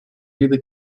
вида